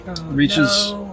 reaches